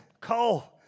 Cole